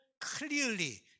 clearly